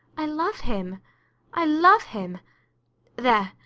i love him i love him! there,